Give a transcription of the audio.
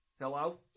Hello